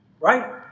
right